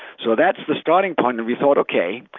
so that's the starting point and we thought, okay,